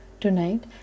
Tonight